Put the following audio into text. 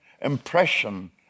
impression